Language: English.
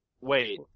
Wait